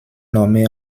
nommée